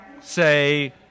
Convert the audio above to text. say